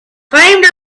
claimed